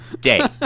day